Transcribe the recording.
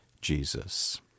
Jesus